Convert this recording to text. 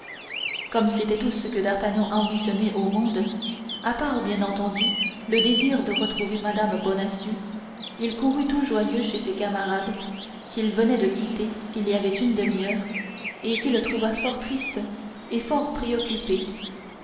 comme c'était tout ce que d'artagnan ambitionnait au monde à part bien entendu le désir de retrouver mme bonacieux il courut tout joyeux chez ses camarades qu'il venait de quitter il y avait une demi-heure et qu'il trouva fort tristes et fort préoccupés